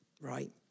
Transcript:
right